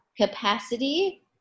capacity